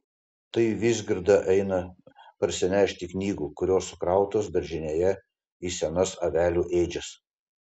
tai vizgirda eina parsinešti knygų kurios sukrautos daržinėje į senas avelių ėdžias